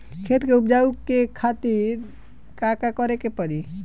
खेत के उपजाऊ के खातीर का का करेके परी?